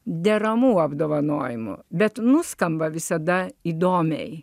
deramų apdovanojimų bet nuskamba visada įdomiai